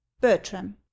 Bertram